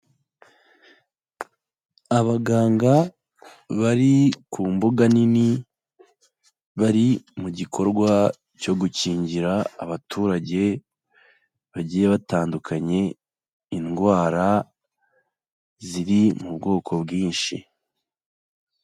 Abaganga bari ku mbuga nini, bari mu gikorwa cyo gukingira abaturage, bagiye batandukanye, indwara ziri mu bwoko bwinshi.